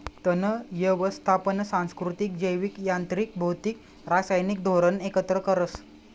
तण यवस्थापन सांस्कृतिक, जैविक, यांत्रिक, भौतिक, रासायनिक धोरण एकत्र करस